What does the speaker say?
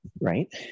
Right